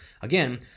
again